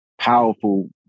powerful